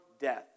death